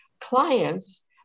clients